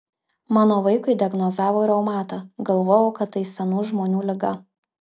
mano vaikui diagnozavo reumatą galvojau kad tai senų žmonių liga